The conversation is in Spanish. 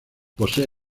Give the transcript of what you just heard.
posee